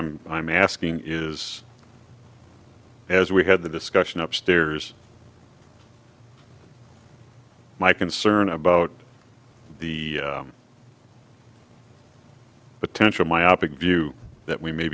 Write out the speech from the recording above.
i'm i'm asking is as we had the discussion upstairs my concern about the potential myopic view that we may